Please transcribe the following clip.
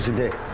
did